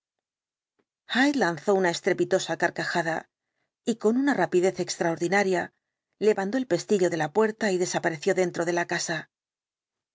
lanzó una estrepitosa carcajada y con una rapidez extraordinaria levantó el pestillo de la puerta y desapareció dentro de la casa